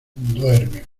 duerme